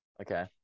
Okay